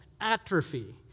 atrophy